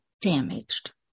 damaged